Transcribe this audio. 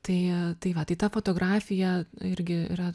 tai tai va tai ta fotografija irgi yra